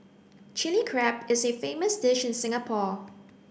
Chilli Crab is a famous dish in Singapore